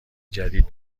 جدید